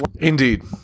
Indeed